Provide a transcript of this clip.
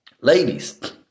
Ladies